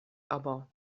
aber